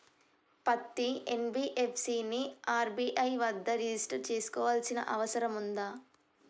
పత్తి ఎన్.బి.ఎఫ్.సి ని ఆర్.బి.ఐ వద్ద రిజిష్టర్ చేసుకోవాల్సిన అవసరం ఉందా?